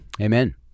Amen